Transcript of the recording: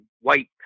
white